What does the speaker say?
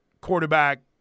quarterback